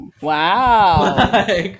Wow